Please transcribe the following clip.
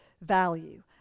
value